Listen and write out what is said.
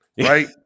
right